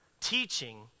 Teaching